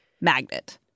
magnet